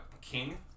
king